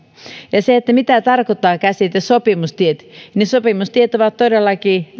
ja mitä tarkoittaa käsite sopimustiet sopimustiet ovat todellakin